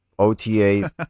OTA